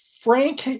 Frank